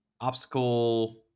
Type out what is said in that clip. Obstacle